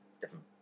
different